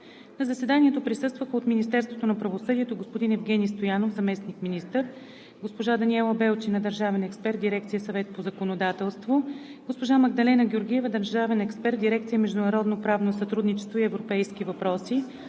На заседанието присъстваха: от Министерството на правосъдието – господин Евгени Стоянов – заместник-министър, госпожа Даниела Белчина – държавен експерт в дирекция „Съвет по законодателство“, госпожа Магдалена Георгиева – държавен експерт в дирекция „Международно правно сътрудничество и европейски въпроси“,